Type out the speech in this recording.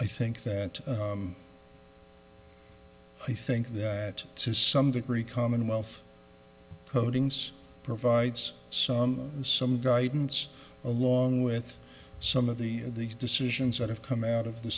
i think that i think that to some degree commonwealth codings provides some and some guidance along with some of the these decisions that have come out of the